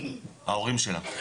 ההורים שלה.